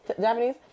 Japanese